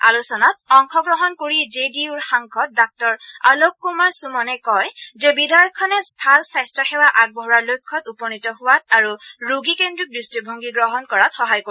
আলোচনাত অংশগ্ৰহণ কৰি জে ডি ইউৰ সাংসদ ডাঃ আলোক কুমাৰ সুমনে কয় যে বিধেয়কখনে ভাল স্বাস্থ্য সেৱা আগবঢ়োৱাৰ লক্ষ্যত উপনীত হোৱাত আৰু ৰোগীকেন্দ্ৰীক দৃষ্টিভংগী গ্ৰহণ কৰাত সহায় কৰিব